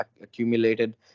accumulated